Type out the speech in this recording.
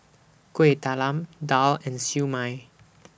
Kueh Talam Daal and Siew Mai